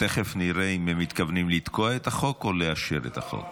תכף נראה אם הם מתכוונים לתקוע את החוק או לאשר את החוק.